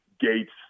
gates